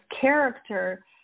character